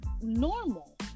normal